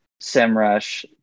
Simrush